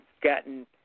gotten